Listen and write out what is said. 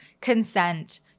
consent